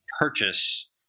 purchase